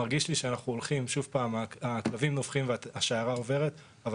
מרגיש לי שהכלבים נובחים והשיירה עוברת אבל